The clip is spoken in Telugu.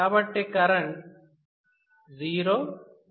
కాబట్టి కరెంట్ '0' ఉంది